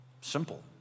Simple